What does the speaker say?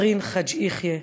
מארין חאג' יחיא,